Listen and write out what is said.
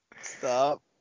Stop